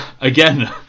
Again